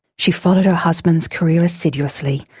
she followed her husband's career assiduously,